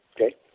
okay